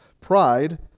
Pride